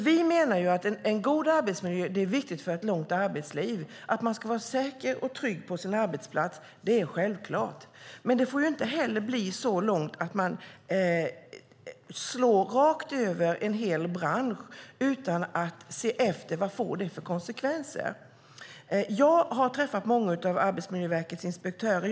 Vi menar att en god arbetsmiljö är viktig för ett långt arbetsliv. Att man ska vara säker och trygg på sin arbetsplats är självklart, men det får inte heller gå så långt att man slår rakt över en hel bransch utan att se efter vad det får för konsekvenser. Jag har träffat många av Arbetsmiljöverkets inspektörer.